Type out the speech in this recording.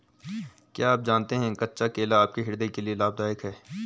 क्या आप जानते है कच्चा केला आपके हृदय के लिए लाभदायक है?